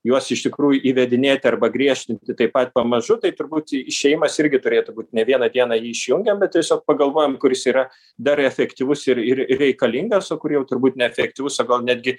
juos iš tikrųjų įvedinėti arba griežtinti taip pat pamažu tai turbūt išėjimas irgi turėtų būt ne vieną dieną jį išjungiam bet tiesiog pagalvojam kuris yra dar efektyvus ir ir reikalingas o kur jau turbūt neefektyvus o gal netgi